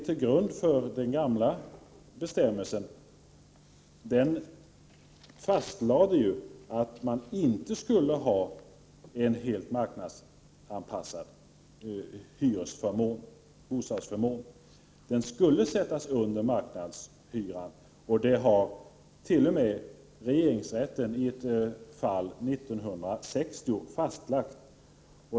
Till grund för den gamla bestämmelsen låg ju att man inte skulle ha ett helt marknadsanpassat värde på bostadsförmånen, utan att det skulle sättas under marknadshyran. Detta hart.o.m. fastlagts av regeringsrätten i ett fall 1960.